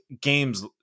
games